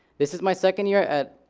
this is my second year at